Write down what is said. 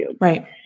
Right